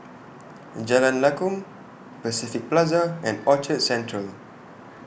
Jalan Lakum Pacific Plaza and Orchard Central